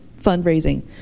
fundraising